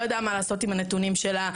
לא ידעה מה לעשות עם הנתונים שלה,